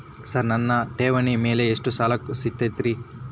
Sir ನನ್ನ ಠೇವಣಿ ಮೇಲೆ ಎಷ್ಟು ಸಾಲ ಸಿಗುತ್ತೆ ರೇ?